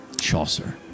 chaucer